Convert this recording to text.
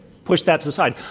push that to the side.